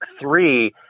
three